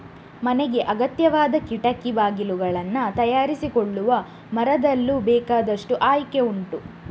ಮನೆಗೆ ಅಗತ್ಯವಾದ ಕಿಟಕಿ ಬಾಗಿಲುಗಳನ್ನ ತಯಾರಿಸಿಕೊಳ್ಳುವ ಮರದಲ್ಲೂ ಬೇಕಾದಷ್ಟು ಆಯ್ಕೆ ಉಂಟು